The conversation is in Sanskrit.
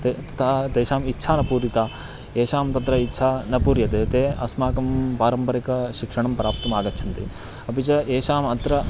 ते तथा तेषाम् इच्छा न पूरिता येषां तत्र इच्छा न पूर्यते ते अस्माकं पारम्परिकशिक्षणं प्राप्तुम् आगच्छन्ति अपि च येषाम् अत्र